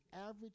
average